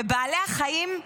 בעלי חיים,